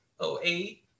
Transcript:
08